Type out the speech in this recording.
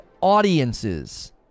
audiences